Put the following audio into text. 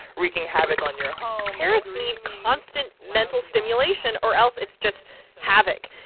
wreaking havoc on your home parrots need constant mental stimulation or else it's just havoc.